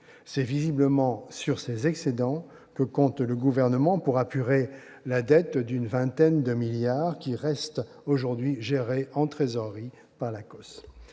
C'est visiblement sur ces excédents que compte le Gouvernement pour apurer la dette d'une vingtaine de milliards d'euros qui reste aujourd'hui gérée en trésorerie par l'ACOSS.